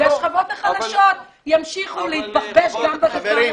-- והשכבות החלשות ימשיכו "להתבחבש" גם בדבר הזה.